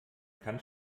kann